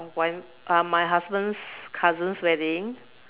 uh my husband's cousin wedding